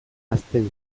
hazten